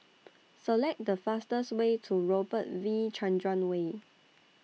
Select The fastest Way to Robert V Chandran Way